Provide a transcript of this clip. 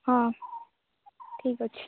ହଁ ଠିକ୍ ଅଛି